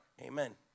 amen